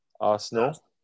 Arsenal